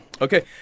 Okay